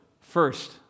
first